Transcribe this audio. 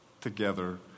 together